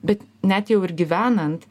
bet net jau ir gyvenant